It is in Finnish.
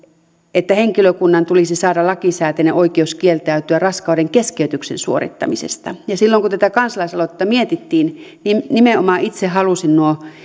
että henkilökunnan tulisi saada lakisääteinen oikeus kieltäytyä raskaudenkeskeytyksen suorittamisesta ja silloin kun tätä kansalaisaloitetta mietittiin niin nimenomaan itse halusin nuo